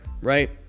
right